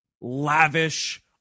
lavish